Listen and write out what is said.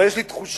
אבל יש לי תחושה,